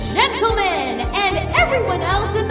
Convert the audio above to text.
gentlemen and everyone else